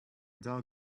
dog